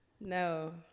No